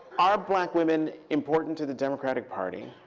are black women important to the democratic party?